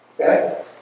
Okay